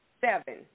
seven